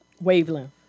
wavelength